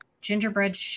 gingerbread